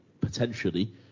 potentially